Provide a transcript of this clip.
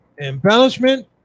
Embellishment